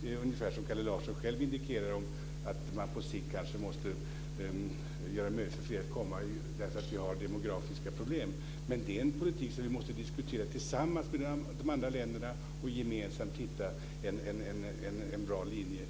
Det är ungefär som Kalle Larsson själv indikerar, att man på sikt kanske måste göra det möjligt för fler att komma därför att vi har demografiska problem. Men det är en politik som vi måste diskutera tillsammans med de andra länderna, och vi måste gemensamt hitta en bra linje.